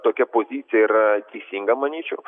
tokia pozicija yra teisinga manyčiau